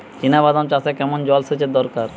চিনাবাদাম চাষে কেমন জলসেচের দরকার?